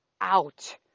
out